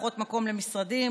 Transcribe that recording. פחות מקום למשרדים,